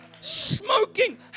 smoking